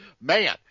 man